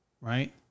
Right